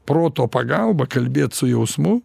proto pagalba kalbėt su jausmu